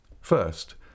First